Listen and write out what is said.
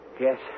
Yes